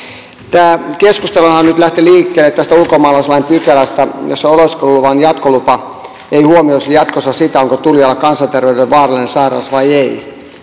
tämä keskusteluhan nyt lähti liikkeelle tästä ulkomaalaislain pykälästä jossa oleskeluluvan jatkolupa ei huomioisi jatkossa sitä onko tulijalla kansanterveydelle vaarallinen sairaus vai ei